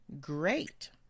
great